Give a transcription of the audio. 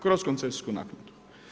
Kroz koncesijsku naknadu.